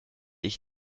ich